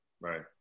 Right